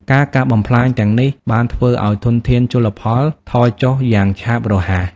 ការកាប់បំផ្លាញទាំងនេះបានធ្វើឲ្យធនធានជលផលថយចុះយ៉ាងឆាប់រហ័ស។